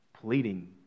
pleading